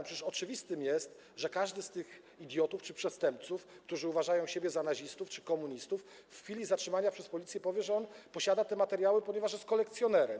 Przecież jest oczywiste, że każdy z tych idiotów czy przestępców, którzy uważają siebie za nazistów czy komunistów, w chwili zatrzymania przez policję powie, że on posiada te materiały, ponieważ jest kolekcjonerem.